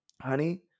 honey